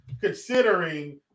considering